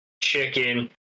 chicken